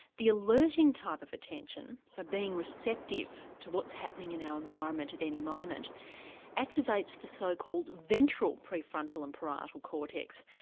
the alerting type of attention so being receptive to what's happening in our environment at any moment activates the so-called ventral prefrontal and parietal cortex.